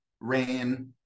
rain